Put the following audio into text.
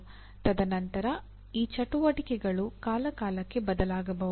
ತದನಂತರ ಈ ಚಟುವಟಿಕೆಗಳು ಕಾಲಕಾಲಕ್ಕೆ ಬದಲಾಗಬಹುದು